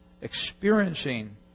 Experiencing